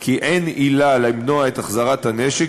כי אין עילה למנוע את החזרת הנשק,